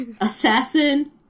assassin